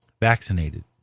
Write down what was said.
vaccinated